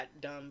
dumb